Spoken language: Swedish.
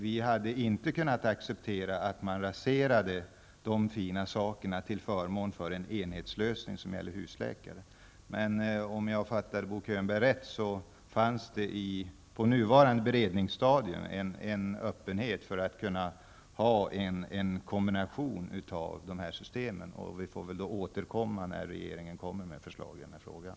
Vi hade inte kunnat acceptera att man raserar de fina sakerna till förmån för en enhetslösning som gäller husläkare. Men om jag fattade Bo Könberg rätt finns det på nuvarande beredningsstadium en öppenhet för att ha en kombination av de här systemen. Vi får väl då återkomma när regeringen kommer med förslag i den här frågan.